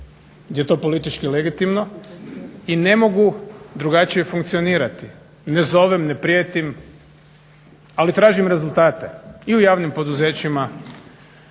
gdje je to politički legitimno i ne mogu drugačije funkcionirati. Ne zovem, ne prijetim, ali tražim rezultate i u javnim poduzećima